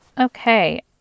Okay